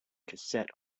cassette